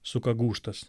suka gūžtas